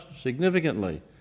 significantly